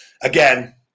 again